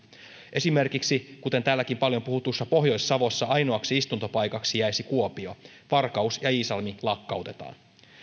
esimerkiksi täälläkin paljon puhutussa pohjois savossa ainoaksi istuntopaikaksi jäisi kuopio varkaus ja iisalmi lakkautetaan